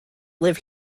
live